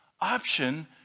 option